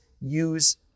use